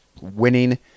winning